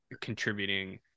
contributing